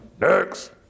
next